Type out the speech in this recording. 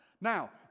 Now